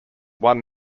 one